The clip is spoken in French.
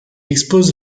expose